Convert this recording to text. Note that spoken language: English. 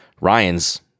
Ryan's